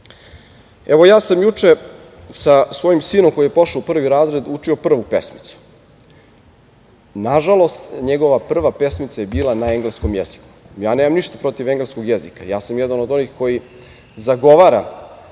ja sam juče sa svojim sinom, koji je pošao u prvi razred, učio prvu pesmicu. Nažalost, njegova prva pesmica je bila na engleskom jeziku. Nemam ništa protiv engleskog jezika, jedan sam od onih koji zagovara